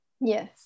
yes